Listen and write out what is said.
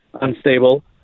unstable